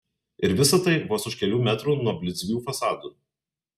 ir visa tai vos už kelių metrų nuo blizgių fasadų